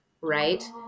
Right